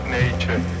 nature